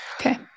Okay